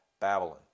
Babylon